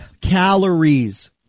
Calories